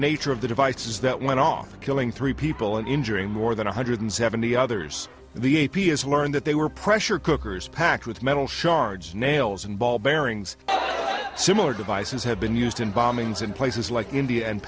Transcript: nature of the devices that went off killing three people and injuring more than one hundred seventy others the a p has learned that they were pressure cookers packed with metal shards nails and ball bearings similar devices have been used in bombings in places like india and